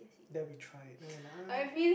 then we tried then we're like